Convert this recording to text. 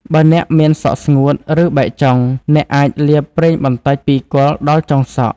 បើអ្នកមានសក់ស្ងួត ឬបែកចុង អ្នកអាចលាបប្រេងបន្តិចពីគល់ដល់ចុងសក់។